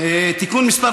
(תיקון מס'